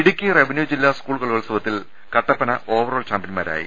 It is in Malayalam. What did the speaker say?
ഇടുക്കി റവന്യു ജില്ലാ സ്കൂൾ കലോത്സവത്തിൽ കട്ടപ്പന ഓവ റോൾ ചാമ്പ്യൻമാരായി